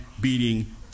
beating